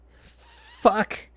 Fuck